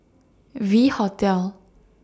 V Hotel